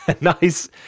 nice